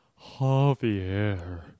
Javier